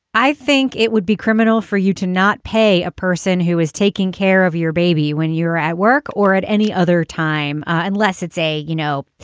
i think it would be criminal for you to not pay a person who is taking care of your baby when you're at work or at any other time unless it's a, you know,